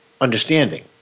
understanding